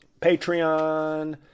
Patreon